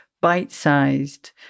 bite-sized